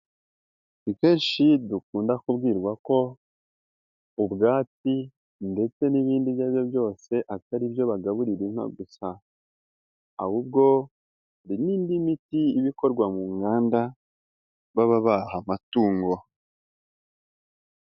Ni kenshi dukunda kubwirwa ko ubwatsi ndetse n'ibindi ibyo ari byo byose atari byo bagaburira inka gusa, ahubwo hari n'indi miti ibakorwa mu nganda baba baha amatungo.